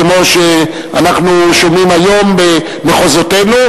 כמו שאנחנו שומעים היום במחוזותינו,